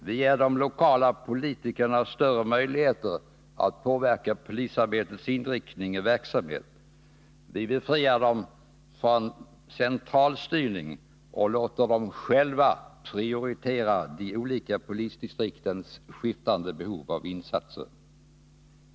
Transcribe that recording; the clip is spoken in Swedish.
Vi ger de lokala politikerna större möjligheter att påverka polisarbetets inriktning och verksamhet, vi befriar dem från centralstyrning och låter dem själva prioritera de olika polisdistriktens skiftande behov av insatser.